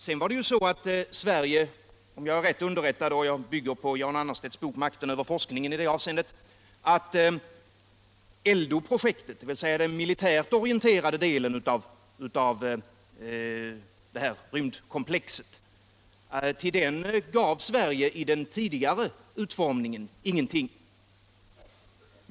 Sedan är det så — om jag är rätt underrättad, och jag bygger i det avseendet på Jan Annerstedts bok Makten över forskningen — att till ELDO-projektet, dvs. den militärt orienterade delen av det här rymdkomplexet, gav Sverige tidigare ingenting.